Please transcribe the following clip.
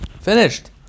finished